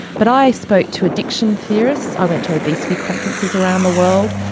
but i spoke to addiction theorists, i went to obesity conferences around the world,